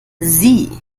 sie